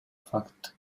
факт